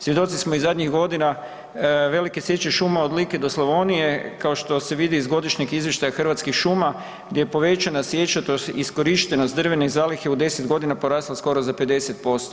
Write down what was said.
Svjedoci smo i zadnjih godina velike sječe šuma od Like do Slavonije kao što se vidi iz godišnjeg izvještaja Hrvatskih šuma gdje je povećana sječa tj. iskorištenost drvene zalihe je u 10.g. porasla skoro za 50%